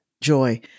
joy